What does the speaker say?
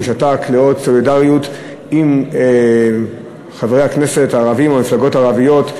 שהוא שתק לאות סולידיות עם חברי הכנסת הערבים או המפלגות הערביות,